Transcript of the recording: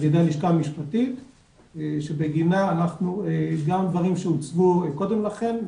ע"י הלשכה המשפטית שבגינה אנחנו גם דברים שהוצגו קודם לכן,